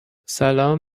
سلام